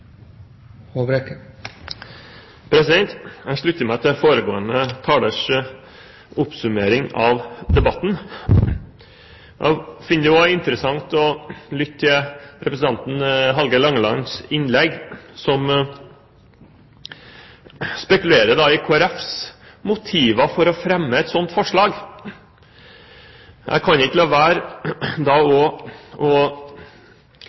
Jeg slutter meg til foregående talers oppsummering av debatten. Jeg finner det også interessant å lytte til representanten Hallgeir Langelands innlegg, som spekulerer i Kristelig Folkepartis motiver for å fremme et slikt forslag. Jeg kan ikke da la være å se tilbake på den tiden da